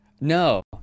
No